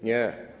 Nie.